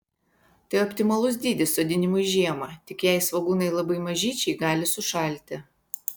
tai optimalus dydis sodinimui žiemą tik jei svogūnai labai mažyčiai gali sušalti